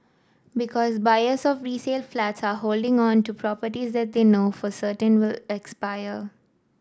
because buyers of resale flats are holding on to properties that they know for certain will expire